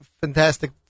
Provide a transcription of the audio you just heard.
fantastic